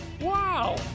Wow